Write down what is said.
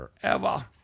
forever